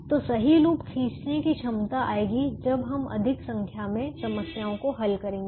तो सही लूप खींचने की क्षमता आएगी जब हम अधिक संख्या में समस्याओं को हल करेंगे